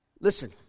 listen